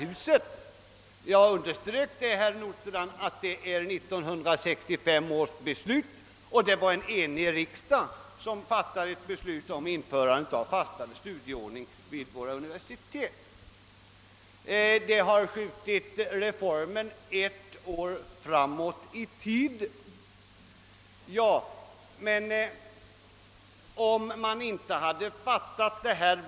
Såsom jag underströk var det, herr Nordstrandh, en enig riksdag som år 1965 fattade beslut om införande av en fastare studieordning vid våra universitet. Debatten om UKAS har skjutit reformen ett år framåt i tiden, säger herr Nordstrandh.